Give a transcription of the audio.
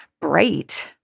bright